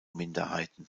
minderheiten